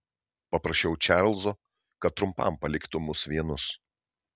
paprašiau čarlzo kad trumpam paliktų mus vienus